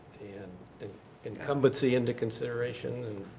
and incumbency into consideration.